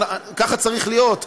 ככה זה צריך להיות.